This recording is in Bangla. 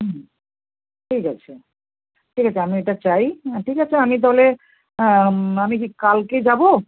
হুম ঠিক আছে ঠিক আছে আমি এটা চাই ঠিক আছে আমি তাহলে আমি কি কালকে যাব